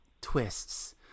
twists